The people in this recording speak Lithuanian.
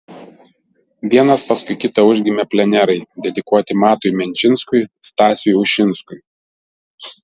vienas paskui kitą užgimė plenerai dedikuoti matui menčinskui stasiui ušinskui